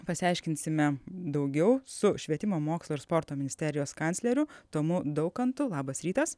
pasiaiškinsime daugiau su švietimo mokslo ir sporto ministerijos kancleriu tomu daukantu labas rytas